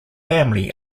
family